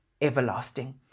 everlasting